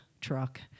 truck